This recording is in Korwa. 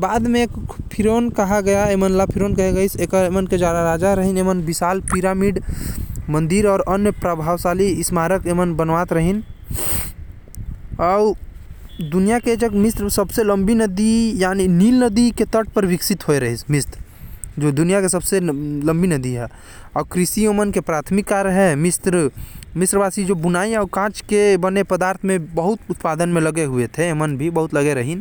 बाद म एमन ला फेरों कहे गईस, जेमन पिरामिड, मंदिर अउ विशाल स्मारक बनाये बर जानल जाथे।